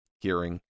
hearing